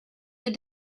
did